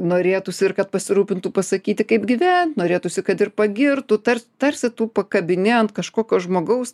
norėtųsi ir kad pasirūpintų pasakyti kaip gyven norėtųsi kad ir pagirtų tars tarsi tu pakabini ant kažkokio žmogaus